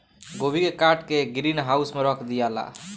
गोभी के काट के ग्रीन हाउस में रख दियाला